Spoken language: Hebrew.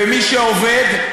ומי שעובד?